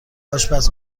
آشپز